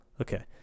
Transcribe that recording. Okay